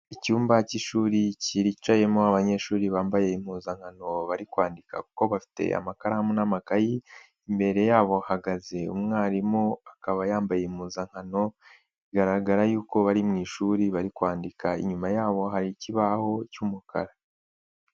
Icyumba cy'ishuri kiricayemo abanyeshuri bambaye impuzankano bari kwandika kuko bafite amakaramu n'amakayi, imbere yabo hahagaze umwarimu, akaba yambaye impuzankano, bigaragara yuko bari mu ishuri bari kwandika, inyuma yabo hari ikibaho cy'umukara.